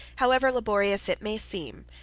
however laborious it may seem,